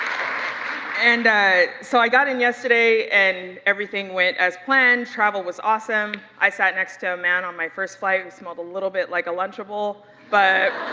and so i got in yesterday and everything went as planned, travel was awesome. i sat next to a man on my first flight, smelled a little bit like a lunchable but